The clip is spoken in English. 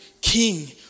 king